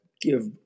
give